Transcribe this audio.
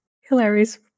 hilarious